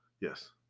Yes